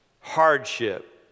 hardship